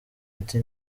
ati